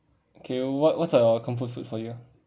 okay what what's a comfort food for you